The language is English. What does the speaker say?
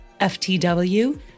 FTW